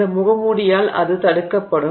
இந்த முகமூடியால் அது தடுக்கப்படும்